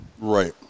Right